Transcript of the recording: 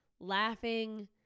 laughing